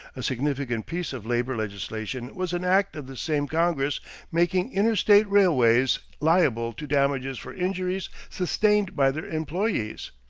a significant piece of labor legislation was an act of the same congress making interstate railways liable to damages for injuries sustained by their employees.